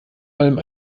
allem